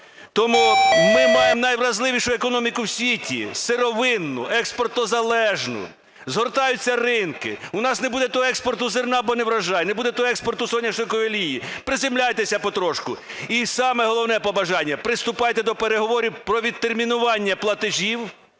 Тому ми маємо найвразливішу економіку у світі – сировинну, експортозалежну, згортаються ринки, у нас не буде того експорту зерна, бо неврожай, не буде того експорту соняшникової олії. Приземляйтеся потрошку! І саме побажання. Приступайте до переговорів про відтермінування платежів